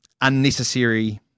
unnecessary